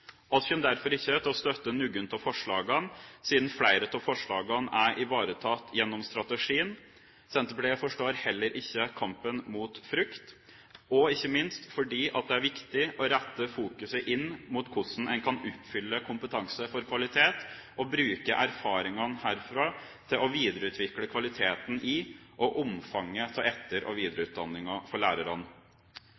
derfor ikke til å støtte noen av forslagene, siden flere av forslagene er ivaretatt gjennom strategien – Senterpartiet forstår heller ikke kampen mot frukt – og ikke minst fordi det er viktig å rette fokuset inn mot hvordan man kan oppfylle Kompetanse for kvalitet og bruke erfaringene derfra til å videreutvikle kvaliteten i og omfanget av etter- og